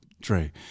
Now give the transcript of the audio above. Dre